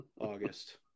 August